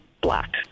black